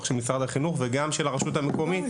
של משרד החינוך וגם של הרשות המקומית.